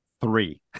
Three